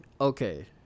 Okay